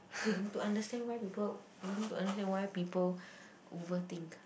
need to understand why people we need to understand why people overthink